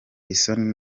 isoni